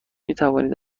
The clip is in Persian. میتوانید